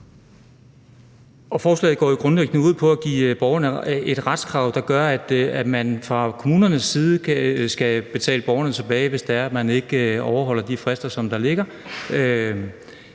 forslag går grundlæggende ud på at give borgeren et retskrav, der gør, at man fra kommunens side skal betale borgeren penge tilbage, hvis man ikke overholder de frister, der ligger.